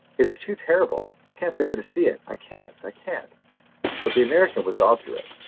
it is too terrible! i can't bear to see it i can't! i can't but the american was obdurate.